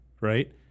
right